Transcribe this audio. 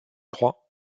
trois